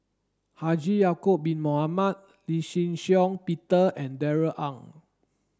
Haji Ya'acob bin Mohamed Lee Shih Shiong Peter and Darrell Ang